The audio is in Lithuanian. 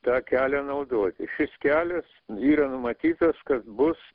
tą kelią naudoti šis kelias yra numatytas kad bus